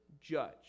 judge